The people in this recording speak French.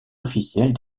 officielle